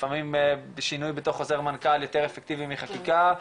לפעמים שינוי בתוך חוזר מנכ"ל יותר אפקטיבי מחקיקה,